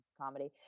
comedy